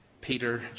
Peter